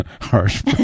Harsh